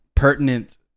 pertinent